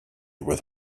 with